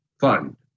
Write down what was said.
fund